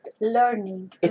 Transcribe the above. learning